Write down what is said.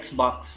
Xbox